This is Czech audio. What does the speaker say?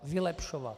Vylepšovat!